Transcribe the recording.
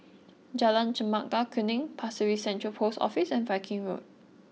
Jalan Chempaka Kuning Pasir Ris Central Post Office and Viking Road